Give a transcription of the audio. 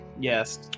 Yes